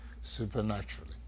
supernaturally